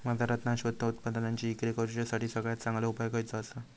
बाजारात नाशवंत उत्पादनांची इक्री करुच्यासाठी सगळ्यात चांगलो उपाय खयचो आसा?